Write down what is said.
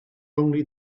only